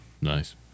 Nice